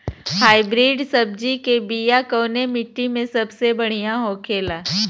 Hybrid सब्जी के बिया कवने मिट्टी में सबसे बढ़ियां होखे ला?